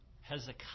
Hezekiah